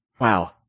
wow